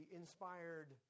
inspired